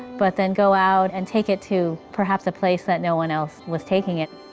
but then go out and take it to perhaps a place that no one else was taking it.